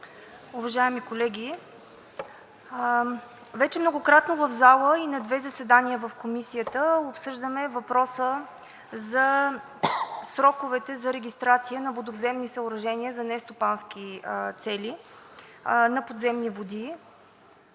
уважаеми колеги! Вече многократно в залата и на две заседания в Комисията обсъждаме въпроса за сроковете за регистрация на водовземни съоръжения за нестопански цели, на подземни води.